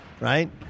right